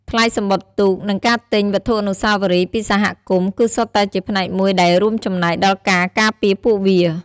ថ្លៃសំបុត្រទូក និងការទិញវត្ថុអនុស្សាវរីយ៍ពីសហគមន៍ គឺសុទ្ធតែជាផ្នែកមួយដែលរួមចំណែកដល់ការការពារពួកវា ។